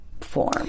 form